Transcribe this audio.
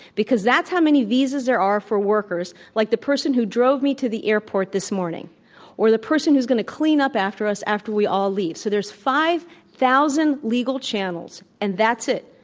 because that's how many visas there are for workers, like the person who drove me to the airport this morning or the person who's going to clean up after us after we all leave. so there's five thousand legal channels, and that's it,